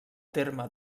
terme